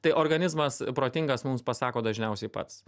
tai organizmas protingas mums pasako dažniausiai pats